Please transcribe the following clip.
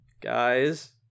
guys